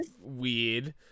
weird